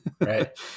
Right